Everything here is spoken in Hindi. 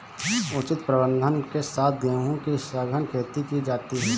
उचित प्रबंधन के साथ गेहूं की सघन खेती की जाती है